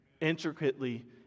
intricately